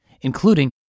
including